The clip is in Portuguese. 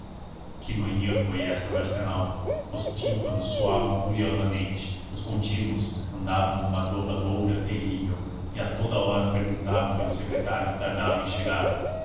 que manhã foi essa no arsenal os tímpanos soavam furiosamente os contínuos andavam numa dobadoura terrível e a toda hora perguntavam pelo secretário que tardava em chegar